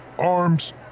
arms